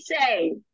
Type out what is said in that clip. say